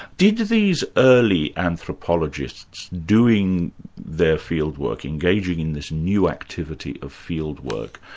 did did these early anthropologists doing their field work, engaging in this new activity of field work,